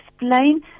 explain